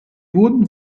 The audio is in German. wurden